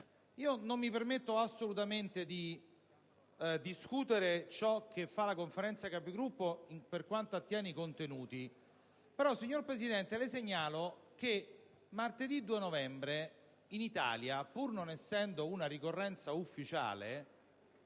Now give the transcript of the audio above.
Non mi permetto assolutamente di mettere in discussione ciò che delibera la Conferenza dei Capigruppo per quanto attiene ai contenuti, però, signor Presidente, le segnalo che martedì 2 novembre in Italia, pur non essendo una ricorrenza ufficiale,